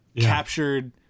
captured